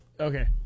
Okay